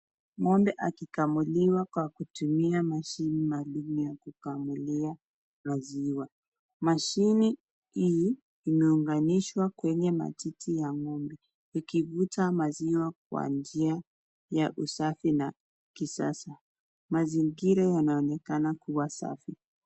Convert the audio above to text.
Ngombe akikamuliwa kwa kutumia mashini maalum ya kukamulia maziwa. Mashini hii inaunganishwa kwenye matiti ya ngombe. Ukivuta maziwa kwa njia ya usafi na kisasa. Mazingira yanaonekana kuwa safi.